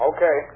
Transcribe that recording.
Okay